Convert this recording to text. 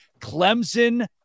Clemson